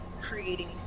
creating